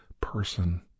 person